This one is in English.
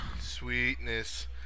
Sweetness